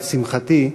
את שמחתי.